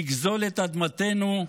בגזול את אדמתנו,